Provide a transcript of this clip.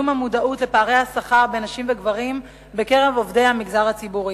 המודעות לפערי השכר בין נשים לבין גברים בקרב עובדי המגזר הציבורי.